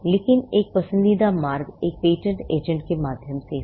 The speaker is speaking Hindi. लेकिन पसंदीदा मार्ग एक पेटेंट एजेंट के माध्यम से है